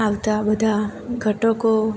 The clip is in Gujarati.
આવતા બધા ઘટકો